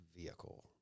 vehicle